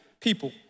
people